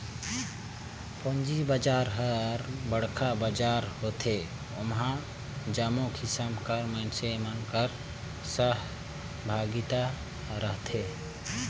पूंजी बजार हर बड़खा बजार होथे ओम्हां जम्मो किसिम कर मइनसे मन कर सहभागिता रहथे